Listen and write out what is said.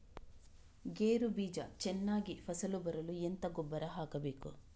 ಗೇರು ಬೀಜ ಚೆನ್ನಾಗಿ ಫಸಲು ಬರಲು ಎಂತ ಗೊಬ್ಬರ ಹಾಕಬೇಕು?